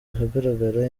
ahagaragara